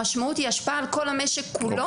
המשמעות היא השפעה על כל המשק כולו,